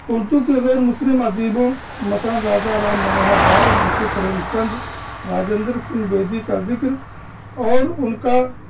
اردو کے زیر مسلم ادیبوں مثلاً راجا رام موہن رائے منشی پریم چند راجندر سنگھ بیدی کا ذکر اور ان کا